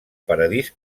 paradís